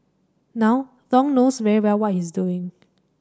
now Thong knows very well what he's doing